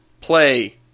play